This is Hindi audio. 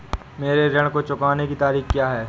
मेरे ऋण को चुकाने की तारीख़ क्या है?